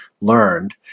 learned